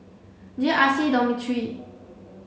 J R C Dormitory